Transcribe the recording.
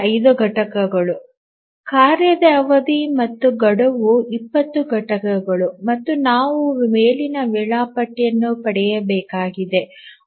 5 ಘಟಕಗಳು ಕಾರ್ಯದ ಅವಧಿ ಮತ್ತು ಗಡುವು 20 ಘಟಕಗಳು ಮತ್ತು ನಾವು ಮೇಲಿನ ವೇಳಾಪಟ್ಟಿಯನ್ನು ಪಡೆಯಬೇಕಾಗಿದೆ